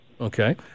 Okay